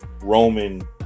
Roman